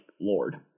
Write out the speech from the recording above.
lord